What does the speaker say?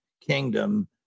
Kingdom